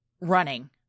running